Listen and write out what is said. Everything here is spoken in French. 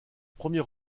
premier